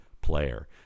player